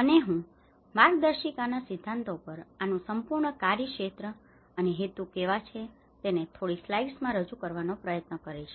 અને હું માર્ગદર્શિકાના સિદ્ધાંતો પર આનુ સંપૂર્ણ કાર્યક્ષેત્ર અને હેતુ કેવા છે તેને થોડી સ્લાઇડ્સમાં રજૂ કરવાનો પ્રયાસ કરીશ